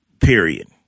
period